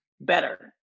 better